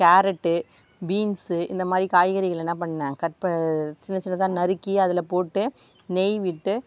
carrot beans இந்த மாதிரி காய்கறிகளை என்ன பண்ணிணேன் கட் ப சின்ன சின்னதாக நறுக்கி அதில் போட்டு நெய் விட்டு